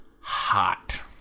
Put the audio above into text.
Hot